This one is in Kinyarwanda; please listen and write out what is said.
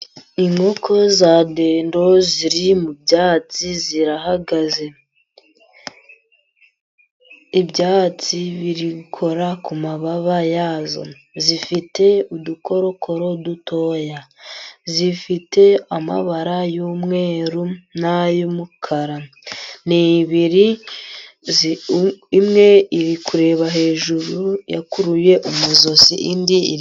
Inkoko za dendo ziri mu byatsi zirahagaze. Ibyatsi bir gukora ku mababa yazo. Zifite uturokoroko dutoya. Zifite amabara y'umweru n'ay'umukara. Ni ebyiri imwe iri kureba hejuru yakuruye umujosi indi iri...